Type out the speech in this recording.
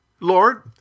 Lord